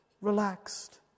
relaxed